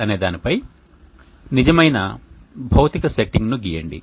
అనే దానిపై నిజమైన భౌతిక సెట్టింగ్ ను గీయండి